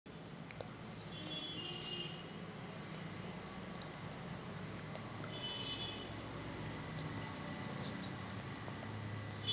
दोन हजार बावीस अस तेवीस सालामंदी कास्तकाराइले सरकार नुकसान भरपाईची कोनच्या परकारे पैशाची मदत करेन?